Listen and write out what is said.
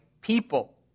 people